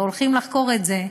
והולכים לחקור את זה.